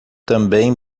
também